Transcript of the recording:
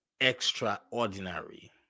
extraordinary